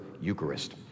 Eucharist